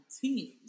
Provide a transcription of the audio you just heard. teams